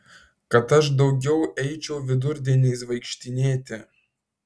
kad aš daugiau eičiau vidurdieniais vaikštinėti